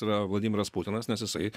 yra vladimiras putinas nes jisai